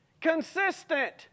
Consistent